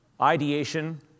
ideation